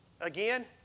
Again